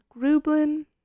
Grublin